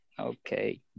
okay